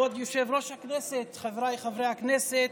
כבוד יושב-ראש הכנסת, חבריי חברי הכנסת,